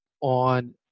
on